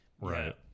right